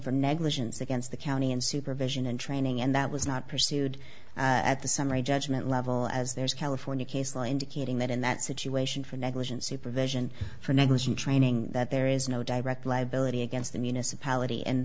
for negligence against the county and supervision and training and that was not pursued at the summary judgment level as there's a california case law indicating that in that situation for negligent supervision for negligent training that there is no direct liability against the municipality in